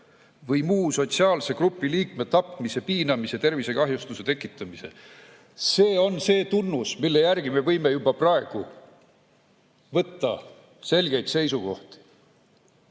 või muu sotsiaalse grupi liikme tapmise, piinamise, tervisekahjustuse tekitamise [eest]. See on see tunnus, mille järgi me võime juba praegu võtta selgeid seisukohti.